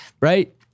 right